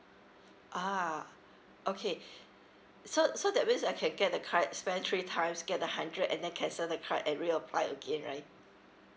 ah okay so so that means I can get the card spent three times get the hundred and then cancel the card and reapply again right